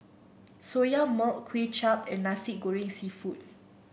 Soya Milk Kuay Chap and Nasi Goreng seafood